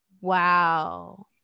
wow